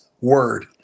word